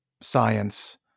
science